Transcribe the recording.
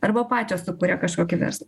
arba pačios sukuria kažkokį verslą